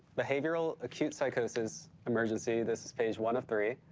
behavioral acute psychosis emergency. this is page one of three.